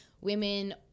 women